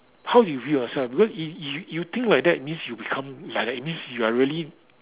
how you view yourself because if you you think like that means you become like that it means you are really